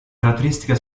caratteristica